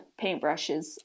paintbrushes